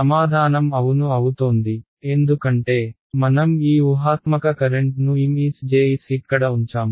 సమాధానం అవును అవుతోంది ఎందుకంటే మనం ఈ ఊహాత్మక కరెంట్ను MsJs ఇక్కడ ఉంచాము